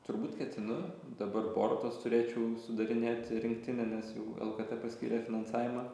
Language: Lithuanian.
turbūt ketinu dabar portas turėčiau sudarinėti rinktinę nes jau el kė kė paskyrė finansavimą